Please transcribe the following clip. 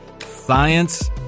Science